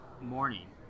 morning